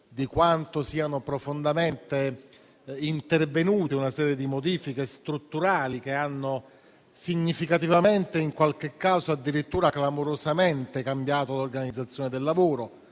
di quanto siano intervenute una serie di profonde modifiche strutturali che hanno significativamente, in qualche caso addirittura clamorosamente, cambiato l'organizzazione del lavoro,